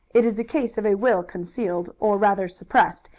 it is the case of a will concealed, or rather suppressed,